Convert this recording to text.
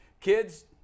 kids